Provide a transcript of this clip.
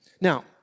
Now